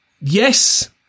yes